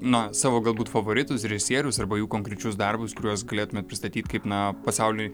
na savo galbūt favoritus režisierius arba jų konkrečius darbus kuriuos galėtumėt pristatyti kaip na pasauliui